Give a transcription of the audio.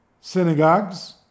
synagogues